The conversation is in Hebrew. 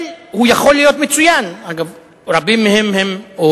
הוא יכול להיות מצוין, אגב רובם מעולים,